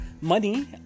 money